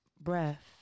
breath